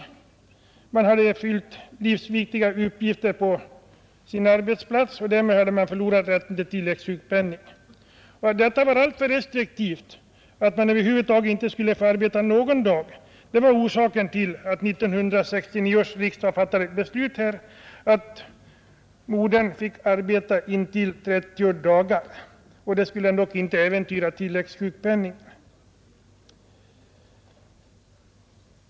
Vederbörande hade fyllt viktiga uppgifter på sin arbetsplats och därmed förlorat rätten till tilläggssjukpenning. Det ansågs alltför restriktivt att inte ha rätt att arbeta någon dag. Detta var orsaken till att 1969 års riksdag fattade beslut om att modern skulle få arbeta upp till 30 dagar, utan att detta skulle äventyra tilläggssjukpenningen.